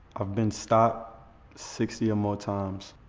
i've been stopped sixty or more times.